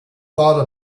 thought